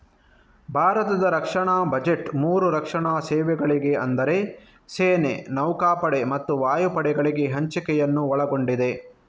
ಭಾರತದ ರಕ್ಷಣಾ ಬಜೆಟ್ ಮೂರು ರಕ್ಷಣಾ ಸೇವೆಗಳಿಗೆ ಅಂದರೆ ಸೇನೆ, ನೌಕಾಪಡೆ ಮತ್ತು ವಾಯುಪಡೆಗಳಿಗೆ ಹಂಚಿಕೆಯನ್ನು ಒಳಗೊಂಡಿದೆ